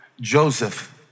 Joseph